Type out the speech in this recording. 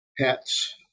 pets